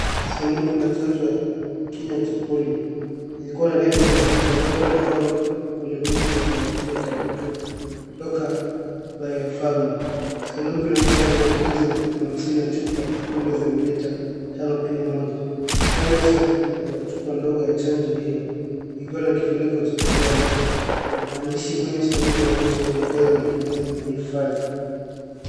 Sanduku la chanjo ya kinywa cha polio ikiwa na nembo inayoandikwa novel oral poliomyelitis Vaccine type 2 kutoka biopharma. SAnduku inaonyesha lina dosi hamsini na chupa kumi za mililita tano kila moja. Kando ya sanduku kuna chupa ndogo ya chanjo hio ikiwa na kifuniko cha kijani. Maandishi kwenye sanduku yanaonyesha maelekezo ya matumizi na hifadhi.